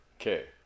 Okay